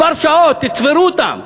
כמה שעות, תספרו אותן.